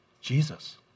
Jesus